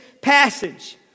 passage